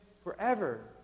Forever